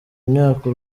imyaka